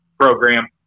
Program